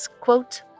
quote